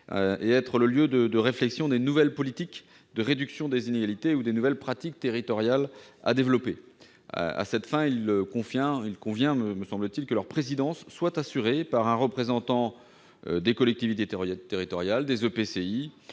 et d'être les lieux d'élaboration des nouvelles politiques de réduction des inégalités ou des nouvelles pratiques territoriales à développer. À cette fin, il convient que leur présidence soit assurée par un représentant des collectivités territoriales, des EPCI